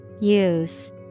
Use